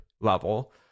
level